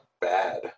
bad